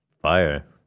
Fire